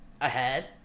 ahead